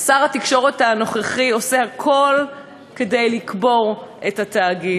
שר התקשורת הנוכחי עושה הכול כדי לקבור את התאגיד.